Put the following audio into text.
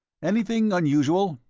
anything unusual?